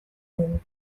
dugu